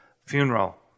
funeral